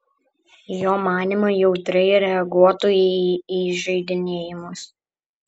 jo manymu jautriai reaguotų į įžeidinėjimus